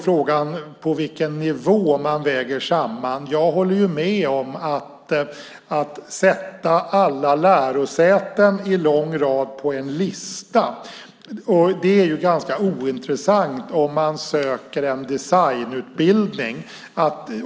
Frågan är på vilken nivå man väger samman. Jag håller med om att det är ganska ointressant att ha alla lärosäten i lång rad på en lista om man söker en designutbildning.